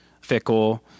fickle